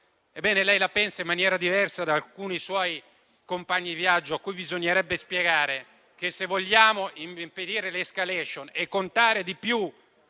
Ebbene, lei la pensa in maniera diversa da alcuni suoi compagni di viaggio a cui bisognerebbe spiegare che, se vogliamo impedire l'*escalation* e contare di più